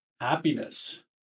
Happiness